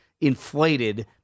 inflated